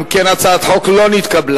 אם כן, הצעת החוק לא נתקבלה.